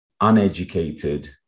uneducated